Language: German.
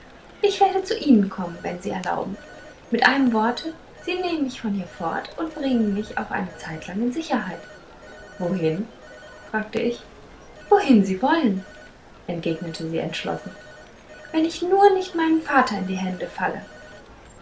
ich werde zu ihnen kommen wenn sie erlauben mit einem worte sie nehmen mich von hier fort und bringen mich auf eine zeitlang in sicherheit wohin fragte ich wohin sie wollen entgegnete sie entschlossen wenn ich nur nicht meinem vater in die hände falle